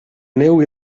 neu